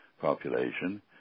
population